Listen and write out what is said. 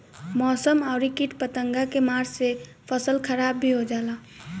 मौसम अउरी किट पतंगा के मार से फसल खराब भी हो जाला